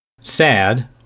Sad